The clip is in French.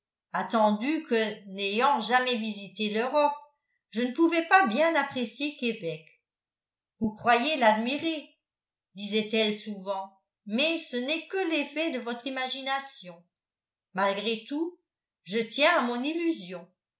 attendu que n'ayant jamais visité l'europe je ne pouvais pas bien apprécier québec vous croyez l'admirer disait-elle souvent mais ce n'est que l'effet de votre imagination malgré tout je tiens à mon illusion